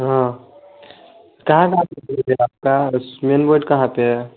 हाँ कहाँ कहाँ मैन बोर्ड कहाँ पर है